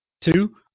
Two